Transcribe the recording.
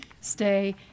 stay